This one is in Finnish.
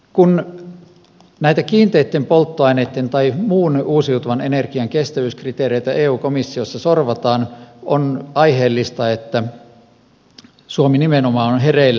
kun näitä kiinteitten polttoaineitten tai muun uusiutuvan energian kestävyyskriteereitä eu komissiossa sorvataan on aiheellista että suomi nimenomaan on hereillä